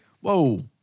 whoa